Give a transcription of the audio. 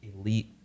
elite